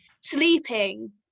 sleeping